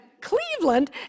Cleveland